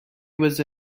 was